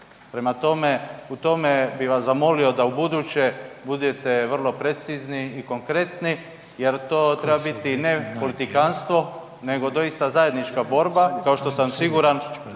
Prema tome, u tome bi vas zamolio da u buduće budete vrlo precizni i konkretni jer to treba biti ne politikantstvo nego doista zajednička borba kao što sam siguran